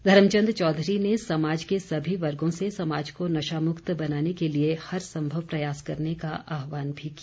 धर्मचंद चौधरी ने समाज के सभी वर्गों से समाज को नशामुक्त बनाने के लिए हर संभव प्रयास करने का आहवान भी किया